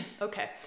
Okay